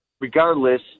Regardless